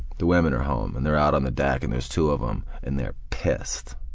the women are home and they're out on the deck and there's two of them and they're pissed.